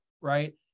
right